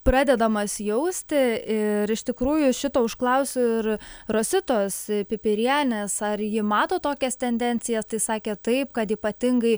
pradedamas jausti ir iš tikrųjų šito užklausiu ir rositos pipirienės ar ji mato tokias tendencijas tai sakė taip kad ypatingai